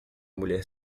mulher